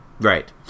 Right